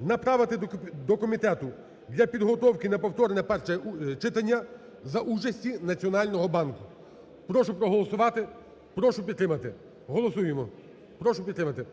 направити до комітету для підготовки на повторне перше читання за участі Національного банку. Прошу проголосувати, прошу підтримати, голосуємо, прошу підтримати.